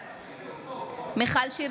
בעד מיכל שיר